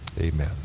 Amen